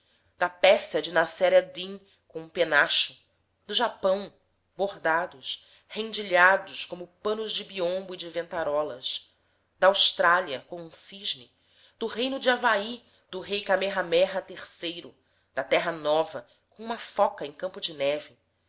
da pérsia de nassered din com um penacho do japão bordados rendilhados como panos de biombo e de ventarolas da austrália com um cisne do reino de havaí do rei kamehameha iii da terra nova com uma foca em campo da neve